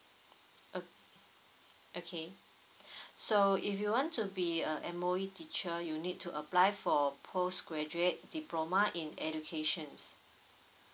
okay okay so if you want to be uh M_O_E teacher you need to apply for postgraduate diploma in educations